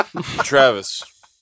Travis